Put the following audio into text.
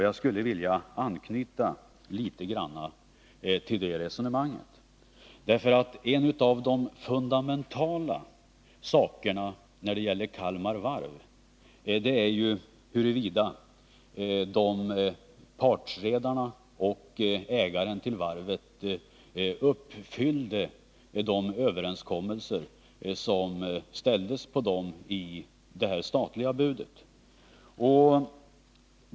Jag skulle vilja anknyta till det resonemanget, för en av de fundamentala sakerna när det gäller Kalmar Varv är huruvida partsredarna och ägaren till varvet uppfyllde de villkor som ställdes på dem i det statliga budet.